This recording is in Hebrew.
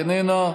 איננה,